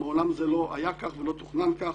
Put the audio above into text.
מעולם זה לא היה כך ולא תוכנן כך.